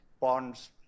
bonds